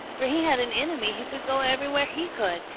for he had an enemy who could go everywhere he could,